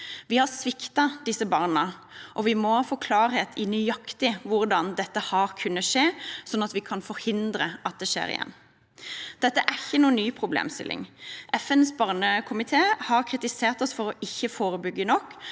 Vi har sviktet disse barna, og vi må få klarhet i nøyaktig hvordan dette har kunnet skje, slik at vi kan forhindre at det skjer igjen. Dette er ikke en ny problemstilling. FNs barnekomité har kritisert oss for ikke å forebygge nok